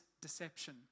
deception